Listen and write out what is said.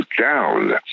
down